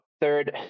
third